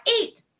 eat